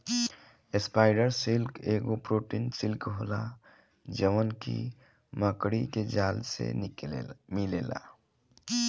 spider silk एगो protein silk होला जवन की मकड़ी के जाल से मिलेला